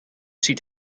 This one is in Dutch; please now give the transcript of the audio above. ziet